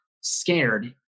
scared